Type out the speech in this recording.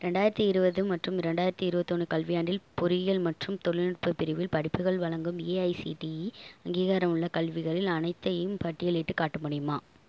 ரெண்டாயிரத்து இருபது மற்றும் ரெண்டாயிரத்து இருபத்தொன்னு கல்வியாண்டில் பொறியியல் மற்றும் தொழில்நுட்ப பிரிவில் படிப்புகள் வழங்கும் ஏஐசிடிஇ அங்கீகாரமுள்ள கல்விகளில் அனைத்தையும் பட்டியலிட்டுக் காட்ட முடியுமா